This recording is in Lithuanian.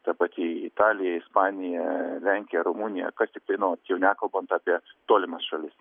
ta pati italija ispanija lenkija rumunija kas tiktai nori čia jau nekalbant apie tolimas šalis